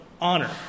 honor